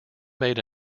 made